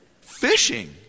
Fishing